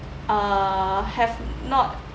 uh have not